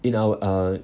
in our uh